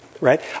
right